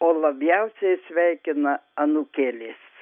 o labiausiai sveikina anūkėlės